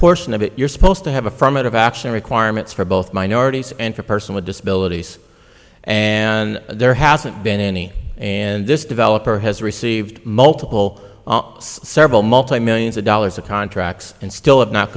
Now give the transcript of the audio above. portion of it you're supposed to have affirmative action requirements for both minorities and for a person with disabilities and there hasn't been any and this developer has received multiple several multi millions of dollars of contracts and still